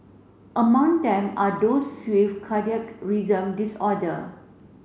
among them are those with cardiac rhythm disorder